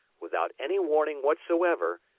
without any warning whatsoever,